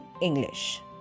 English